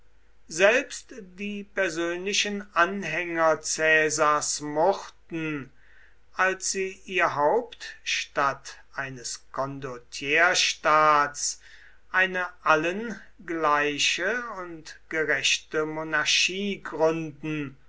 selbst die persönlichen anhänger caesars murrten als sie ihr haupt statt eines condottierstaats eine allen gliche und gerechte monarchie gründen